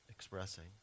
expressing